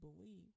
believe